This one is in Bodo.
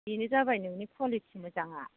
बेनो जाबाय नोंनि कुवालिटि मोजाङा